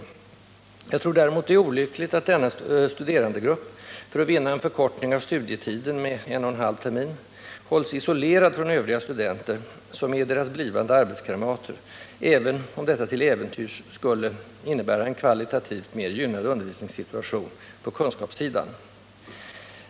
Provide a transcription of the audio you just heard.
Däremot tror jag att det är olyckligt att denna studerandegrupp för att vinna en förkortning av studietiden med en och halv termin hålls isolerad från övriga studenter, som är deras blivande arbetskamrater, även om detta till äventyrs skulle medföra en kvalitativt mer gynnad undervisningssituation på kunskapssidan.